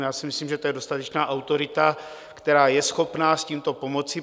Já si myslím, že to je dostatečná autorita, která je schopna s tímto pomoci.